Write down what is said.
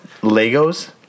Legos